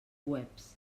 webs